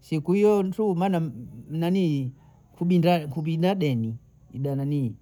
siku ntu maana mnanii kubinda kubinda deni ibwa nanii